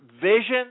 vision